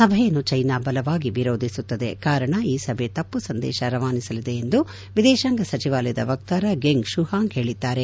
ಸಭೆಯನ್ನು ಚ್ಯೆನಾ ಬಲವಾಗಿ ವಿರೋಧಿಸುತ್ತದೆ ಕಾರಣ ಈ ಸಭೆ ತಪ್ಪು ಸಂದೇಶವನ್ನು ರವಾನಿಸಲಿದೆ ಎಂದು ವಿದೇಶಾಂಗ ಸಚಿವಾಲಯದ ವಕ್ತಾರ ಗೆಂಗ್ ಶುಹಾಂಗ್ ಹೇಳಿದ್ದಾರೆ